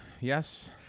Yes